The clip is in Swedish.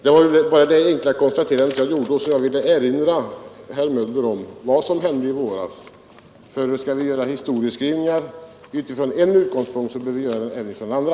Det var bara det enkla om vad som hände i våras. Skall vi ägna oss åt historieskrivning från en utgångspunkt, så bör vi göra det även från andra.